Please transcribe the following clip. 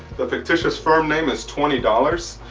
the fictitious firm name is twenty dollars